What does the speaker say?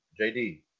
JD